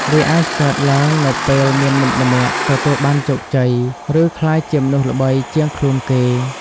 វាអាចកើតឡើងនៅពេលមានមិត្តម្នាក់ទទួលបានជោគជ័យ ឬក្លាយជាមនុស្សល្បីជាងខ្លួនគេ។